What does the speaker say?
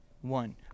One